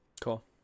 Cool